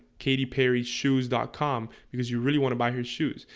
katy perry shoes dot com because you really want to buy her shoes,